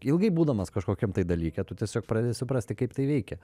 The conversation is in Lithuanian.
ilgai būdamas kažkokiam tai dalyke tu tiesiog pradedi suprasti kaip tai veikia